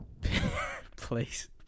please